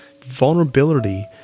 Vulnerability